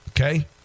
Okay